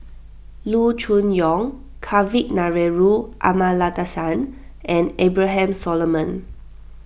Loo Choon Yong Kavignareru Amallathasan and Abraham Solomon